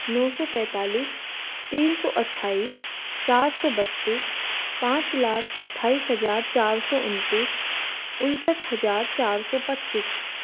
नौ सौ पैंतालीस तीन सौ अट्ठाईस चार सौ बत्तीस पाँच लाख अट्ठाईस हज़ार चार सौ उन्तीस उनसठ हज़ार चार सौ पच्चीस